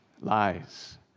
lies